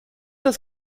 das